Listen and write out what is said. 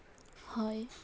হয়